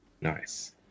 nice